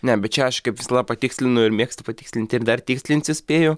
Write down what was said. ne bet čia aš kaip visada patikslinu ir mėgstu patikslinti ir dar tikslinsiu spėju